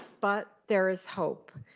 but there is hope.